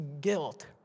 guilt